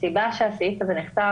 הסיבה שהסעיף הזה נכתב,